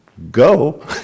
Go